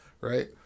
Right